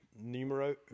Numero